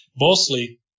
mostly